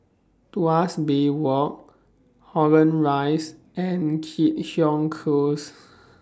Tuas Bay Walk Holland Rise and Keat Hong Close